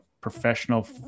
professional